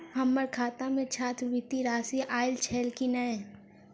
हम्मर खाता मे छात्रवृति राशि आइल छैय की नै?